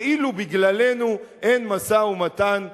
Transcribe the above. כאילו בגללנו אין משא-ומתן מדיני.